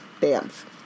dance